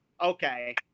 okay